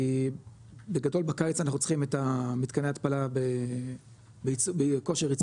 כי בגדול בקיץ אנחנו צריכים את מתקני ההתפלה בכושר ייצור.